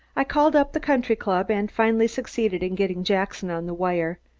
i called up the country-club and finally succeeded in getting jackson on the wire.